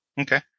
Okay